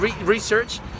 research